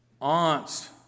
aunts